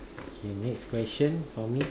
okay next question for me